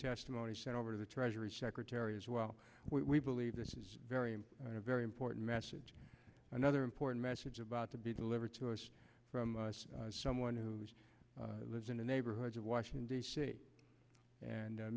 testimony sent over to the treasury secretary as well we believe this is very very important message another important message about to be delivered to us from someone who's lives in the neighborhoods of washington d c and